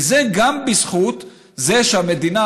וזה גם בזכות זה שהמדינה,